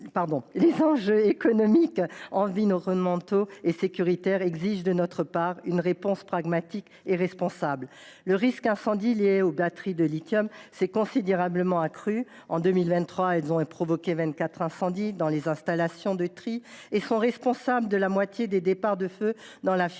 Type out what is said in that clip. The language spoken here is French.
Les enjeux économiques, environnementaux et sécuritaires exigent de notre part une réponse pragmatique et responsable. Le risque incendie lié aux batteries au lithium s’est considérablement accru. En 2023, ces batteries ont provoqué vingt quatre incendies dans les installations de tri et sont responsables de la moitié des départs de feu dans la filière